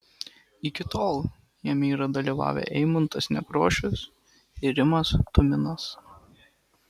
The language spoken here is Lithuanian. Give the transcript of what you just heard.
iki tol jame yra dalyvavę eimuntas nekrošius ir rimas tuminas